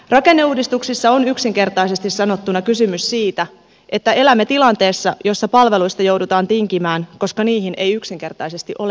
rakenneuudistuksissa on yksinkertaisesti sanottuna kysymys siitä että elämme tilanteessa jossa palveluista joudutaan tinkimään koska niihin ei yksinkertaisesti ole varaa